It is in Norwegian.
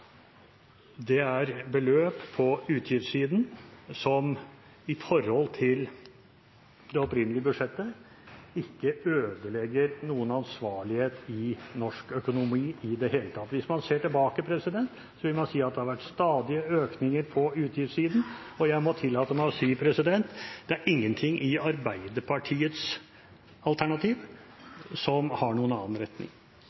Det er beløp på utgiftssiden som i forhold til det opprinnelige budsjettet ikke ødelegger noen ansvarlighet i norsk økonomi i det hele tatt. Hvis man ser seg tilbake, vil man se at det har vært stadige økninger på utgiftssiden, og jeg må tillate meg å si at det er ingenting i Arbeiderpartiets